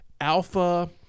alpha